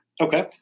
Okay